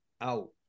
out